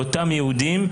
לאותם יהודים,